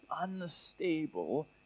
unstable